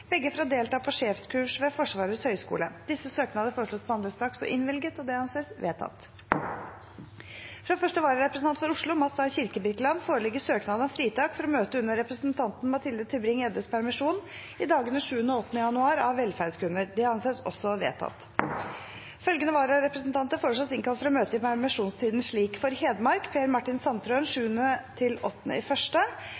begge for å delta på sjefskurs ved Forsvarets høgskole fra første vararepresentant for Oslo, Mats A. Kirkebirkeland foreligger det søknad om fritak for å møte under representanten Mathilde Tybring-Gjeddes permisjon i dagene 7. og 8. januar av velferdsgrunner Etter forslag fra presidenten ble besluttet: Søknadene behandles straks og innvilges. Følgende vararepresentanter innkalles for å møte i permisjonstiden: For Hedmark: Per Martin Sandtrøen